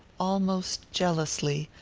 almost jealously,